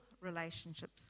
relationships